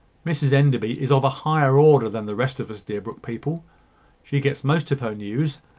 mrs enderby is of a higher order than the rest of us deerbrook people she gets most of her news,